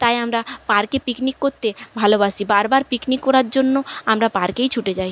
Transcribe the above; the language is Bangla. তাই আমরা পার্কে পিকনিক করতে ভালোবাসি বারবার পিকনিক করার জন্য আমরা পার্কেই ছুটে যাই